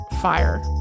fire